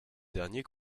dernier